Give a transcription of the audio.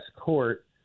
court